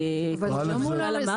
כמו שהמנכ"ל אמר.